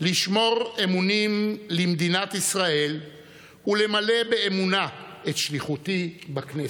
לשמור אמונים למדינת ישראל ולמלא באמונה את שליחותי בכנסת".